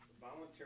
voluntary